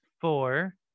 four